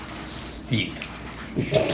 Steve